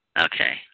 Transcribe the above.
Okay